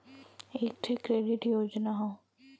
एक ठे क्रेडिट योजना हौ